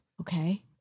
Okay